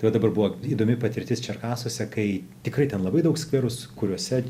tai va dabar buvo įdomi patirtis čerkasuose kai tikrai ten labai daug skverų kuriuose